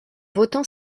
votant